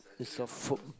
it's a food